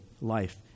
life